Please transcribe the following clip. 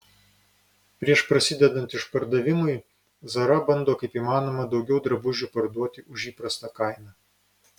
prieš prasidedant išpardavimui zara bando kaip įmanoma daugiau drabužių parduoti už įprastą kainą